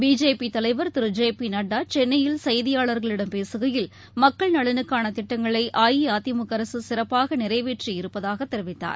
பிஜேபிதலைவர் திரு ஜெ பிநட்டா சென்னையில் செய்தியாளர்களிடம் பேசுகையில் மக்கள் நலனுக்கானதிட்டங்களைஅஇஅதிமுகஅரசுசிறப்பாகநிறைவேற்றியிருப்பதாகதெரிவித்தார்